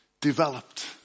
developed